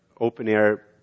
open-air